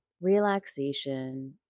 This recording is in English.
relaxation